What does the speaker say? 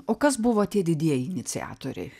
o kas buvo tie didieji iniciatoriai